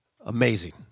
amazing